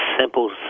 Simple